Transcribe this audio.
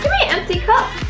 a empty cup